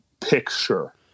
picture